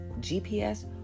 GPS